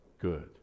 good